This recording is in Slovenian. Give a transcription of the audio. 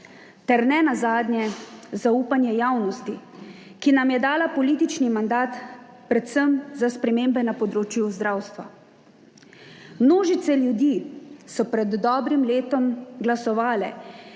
ter nenazadnje, zaupanje javnosti, ki nam je dala politični mandat predvsem za spremembe na področju zdravstva. Množice ljudi so pred dobrim letom glasovale